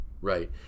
Right